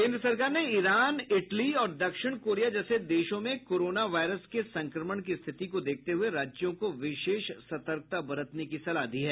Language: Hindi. केन्द्र सरकार ने ईरान इटली और दक्षिण कोरिया जैसे देशों में कोरोना वायरस के संक्रमण की स्थिति को देखते हुए राज्यों को विशेष सतकर्ता बरतने की सलाह दी है